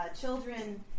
Children